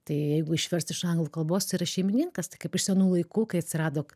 tai jeigu išverst iš anglų kalbos tai yra šeimininkas tai kaip iš senų laikų kai atsirado